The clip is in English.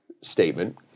statement